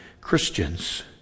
Christians